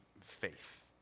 faith